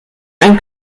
ein